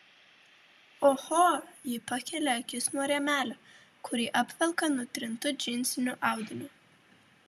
oho ji pakelia akis nuo rėmelio kurį apvelka nutrintu džinsiniu audiniu